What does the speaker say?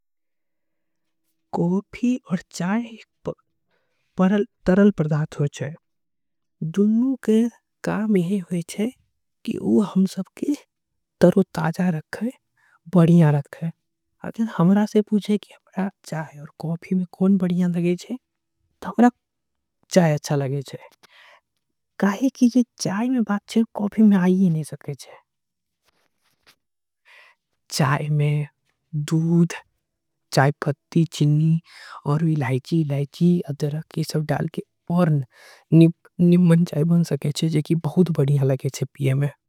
कॉफी और चाय दोनो तरल पदार्थ होय चीये दूंनो। के काम होय की हमरा के तरोताजा रखे बढ़िया। रखे अगर हमरा से पूछे कि हमरा चाय आऊर। कॉफी में कौन पसंद छीये त हमरा चाय अच्छा लगे छे। काहे की जे बात चाय में आहे ओ काफी में नही सके छे।